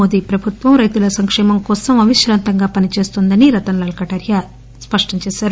మోదీ ప్రభుత్వం రైతు సంకేమంకోసం అవిశ్రాంతంగా పనిచేస్తోందని రతన్ లాల్ కటారియా స్పష్టంచేశారు